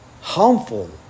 harmful